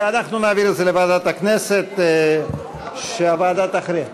אנחנו נעביר את זה לוועדת הכנסת, והוועדה תכריע.